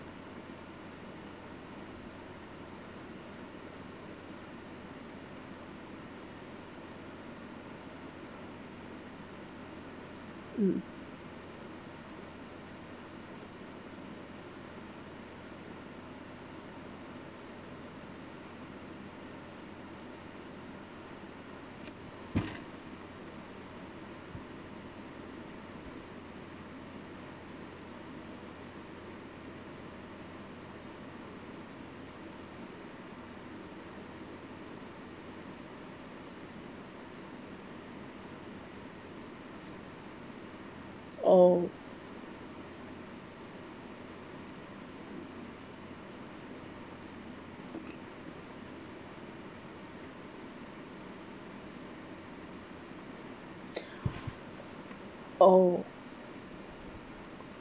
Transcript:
hmm oh oh